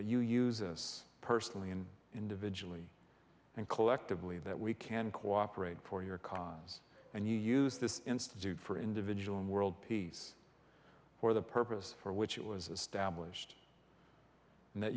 you use this personally in individually and collectively that we can cooperate for your cause and you use this institute for individual and world peace for the purpose for which it was a stablished and that